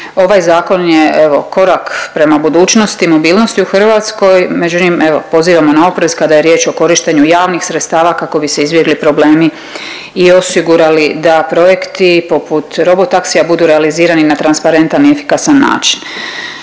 Ovaj zakon je evo korak prema budućnosti, mobilnosti u Hrvatskoj. Međutim, evo pozivamo na oprez kada je riječ o korištenju javnih sredstava kako bi se izbjegli problemi i osigurali da projekti poput robo taksija budu realizirani na transparentan i efikasan način.